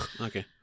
okay